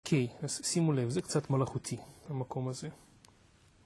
אוקיי, אז שימו לב, זה קצת מלאכותי, המקום הזה.